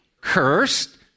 cursed